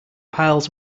piles